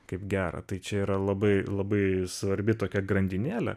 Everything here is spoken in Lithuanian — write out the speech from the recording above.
kaip gera tai čia yra labai labai svarbi tokia grandinėlė